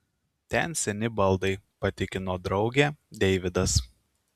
ten seni baldai patikino draugę deividas